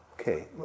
Okay